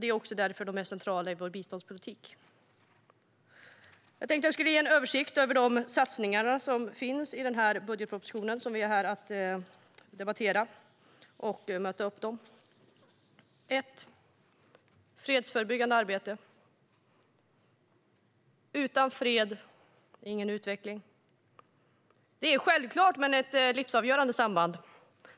Det är också därför de är centrala i vår biståndspolitik. Jag tänkte att jag skulle ge en översikt av de satsningar som finns med i den budgetproposition som vi är här för att debattera om. Den första punkten gäller fredsbyggande arbete. Utan fred, ingen utveckling - det är ett självklart men livsavgörande samband.